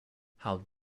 how